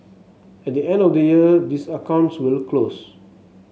at the end of the year these accounts will close